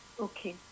Okay